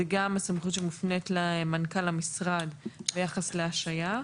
וזאת הסמכות שמופנית למנכ"ל המשרד ביחס להשעיה.